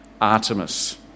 Artemis